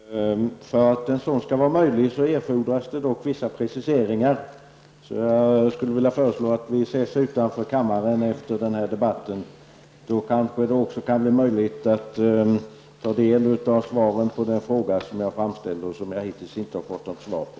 Herr talman! Jag vill kort och gott anmäla intresse för vadslagningen. För att en sådan skall vara möjlig erfordras dock vissa preciseringar. Jag skulle vilja föreslå att vi ses utanför kammaren efter debatten. Då kanske det också kan bli möjligt att ta del av svaret på den fråga jag framställde och som jag hittills inte har fått något svar på.